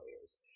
players